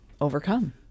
overcome